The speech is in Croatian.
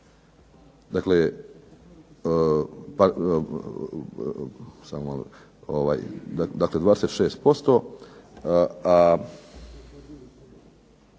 Dakle, 26%,